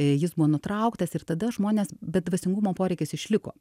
jis buvo nutrauktas ir tada žmonės bet dvasingumo poreikis išliko